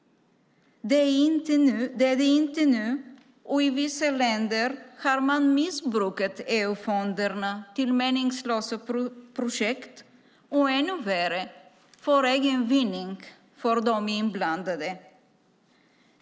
Det är det inte nu, och i vissa länder har man missbrukat EU-fonderna till meningslösa projekt och, ännu värre, för egen vinning för de inblandade.